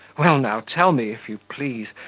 well now, tell me, if you please,